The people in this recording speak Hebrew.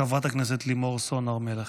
חברת הכנסת לימור סון הר מלך.